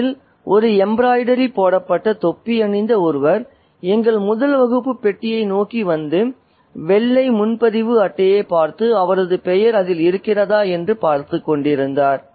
தலையில் ஒரு எம்பிராய்டரி போடப்பட்ட தொப்பி அணிந்த ஒருவர் எங்கள் முதல் வகுப்பு பெட்டியை நோக்கி வந்து வெள்ளை முன்பதிவு அட்டையைப் பார்த்து அவரது பெயர் அதில் இருக்கிறதா என்று பார்த்துக் கொண்டிருந்தார்